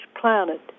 planet